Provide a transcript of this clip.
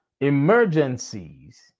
emergencies